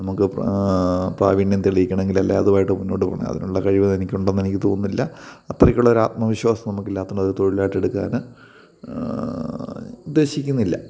നമുക്ക് പ്രാവിണ്യം തെളിയിക്കണമെങ്കിൽ അല്ലെ അതുമായിട്ട് മുന്നോട്ട് പോണെ അതിനുള്ള കഴിവ് എനിക്കുണ്ടെന്ന് എനിക്ക് തോന്നുന്നില്ല അത്രക്കുള്ള ഒരു ആത്മവിശ്വാസം നമുക്ക് ഇല്ലാത്തതുകൊണ്ട് അത് തൊഴിലായിട്ട് എടുക്കാൻ ഉദ്ദേശിക്കുന്നില്ല